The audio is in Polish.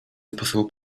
sposobu